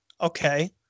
Okay